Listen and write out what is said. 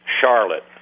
Charlotte